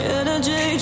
energy